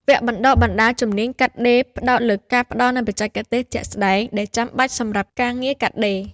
វគ្គបណ្តុះបណ្តាលជំនាញកាត់ដេរផ្តោតលើការផ្តល់នូវបច្ចេកទេសជាក់ស្តែងដែលចាំបាច់សម្រាប់ការងារកាត់ដេរ។